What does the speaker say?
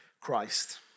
Christ